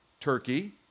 Turkey